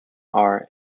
are